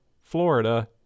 Florida